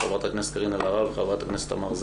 (פ/1121/23) (כ/859),